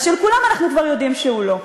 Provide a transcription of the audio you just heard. אז של כולם אנחנו כבר יודעים שהוא לא.